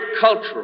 cultural